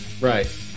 Right